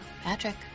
Patrick